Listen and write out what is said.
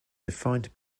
defined